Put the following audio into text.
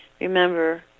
Remember